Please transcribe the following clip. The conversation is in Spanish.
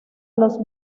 los